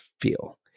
feel